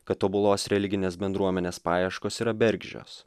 kad tobulos religinės bendruomenės paieškos yra bergždžios